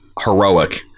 Heroic